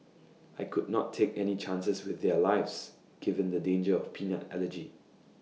I could not take any chances with their lives given the danger of peanut allergy